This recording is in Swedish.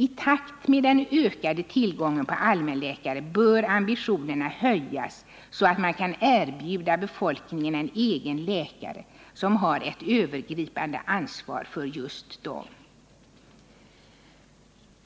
I takt med den ökade tillgången på allmänläkare bör ambitionerna höjas, så att man kan erbjuda varje människa en egen läkare som har ett övergripande ansvar för just honom eller henne.